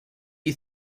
you